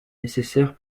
nécessaire